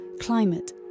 climate